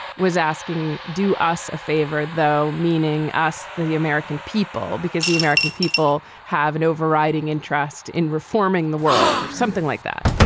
was asking do us a favor, though, meaning us, the the american people, because the american people have an overriding interest in reforming the world or something like that.